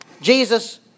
Jesus